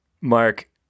Mark